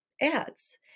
ads